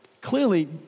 Clearly